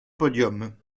podium